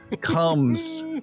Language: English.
Comes